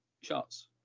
shots